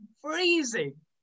freezing